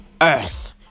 Earth